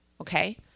Okay